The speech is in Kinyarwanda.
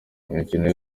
imikino